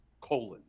colon